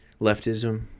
Leftism